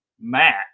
Matt